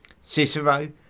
Cicero